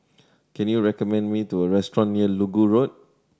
can you recommend me to a restaurant near Inggu Road